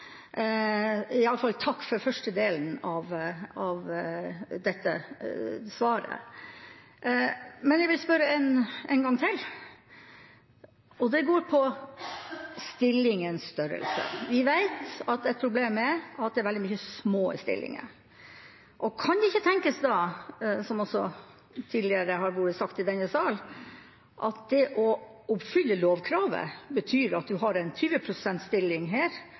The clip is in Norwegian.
alle fall, takk for første delen av dette svaret. Men jeg vil spørre en gang til, og det går på stillingens størrelse. Vi vet at ett problem er at det er veldig mange små stillinger. Kan det ikke da tenkes, som det også tidligere har blitt sagt i denne sal, at det å oppfylle lovkravet betyr at en har én 20 pst. stilling her